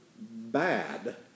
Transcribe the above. bad